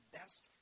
best